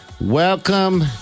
Welcome